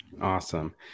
awesome